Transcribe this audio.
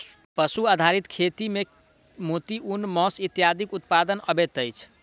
पशु आधारित खेती मे मोती, ऊन, मौस इत्यादिक उत्पादन अबैत अछि